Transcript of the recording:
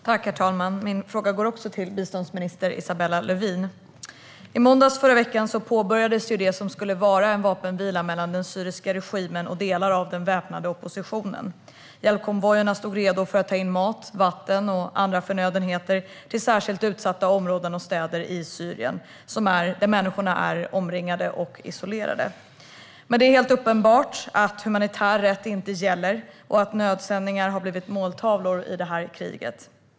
Herr talman! Min fråga går också till biståndsminister Isabella Lövin. Måndagen i förra veckan påbörjades det som skulle vara en vapenvila mellan den syriska regimen och delar av den väpnade oppositionen. Hjälpkonvojerna stod redo för att ta in mat, vatten och andra förnödenheter till särskilt utsatta områden och städer i Syrien, där människorna är omringade och isolerade. Det är helt uppenbart att humanitär rätt inte gäller och att nödsändningar har blivit måltavlor i det här kriget.